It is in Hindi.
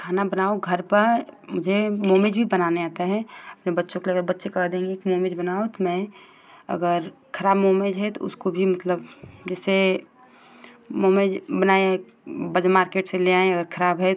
खाना बनाओ घर पर मुझे मोमेज़ भी बनाना आता है अपने बच्चों के लिए अब बच्चे कह देंगे कि मोमेज़ बनाओ तो मैं अगर ख़राब मोमेज़ है तो उसको भी मतलब जैसे मोमेज़ बनाया है मार्केट से ले आएँ अगर खराब है